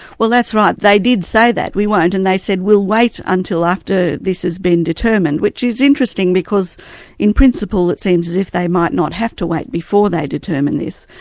well that's right, they did say that, we won't. and they said, we'll wait until after this has been determined which is interesting, because in principle it seems as if they might not have to wait before they determine this,